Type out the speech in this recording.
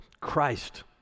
Christ